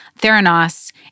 Theranos